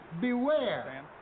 Beware